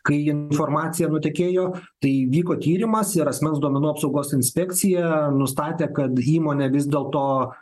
kai informacija nutekėjo tai vyko tyrimas ir asmens duomenų apsaugos inspekcija nustatė kad įmonė vis dėlto